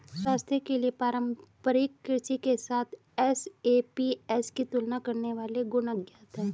स्वास्थ्य के लिए पारंपरिक कृषि के साथ एसएपीएस की तुलना करने वाले गुण अज्ञात है